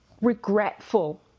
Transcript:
regretful